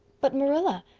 but marilla,